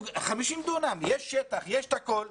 יש שטח יש הכול.